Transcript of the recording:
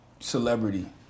celebrity